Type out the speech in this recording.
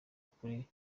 ukuri